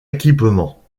équipements